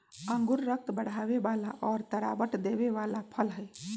अंगूर रक्त बढ़ावे वाला और तरावट देवे वाला फल हई